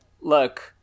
look